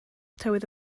tywydd